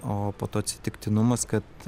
o po to atsitiktinumas kad